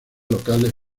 locales